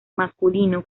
masculino